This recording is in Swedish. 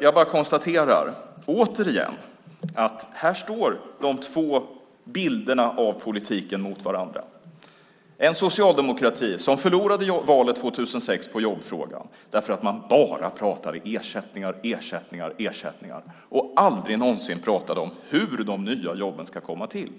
Jag bara konstaterar återigen att här står de två bilderna av politiken mot varandra. Det är en socialdemokrati som förlorade valet 2006 på jobbfrågan därför att man bara pratade ersättningar, ersättningar, ersättningar och aldrig någonsin pratade om hur de nya jobben ska komma till.